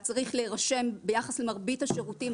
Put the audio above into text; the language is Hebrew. ביחס למרבית השירותים,